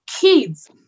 kids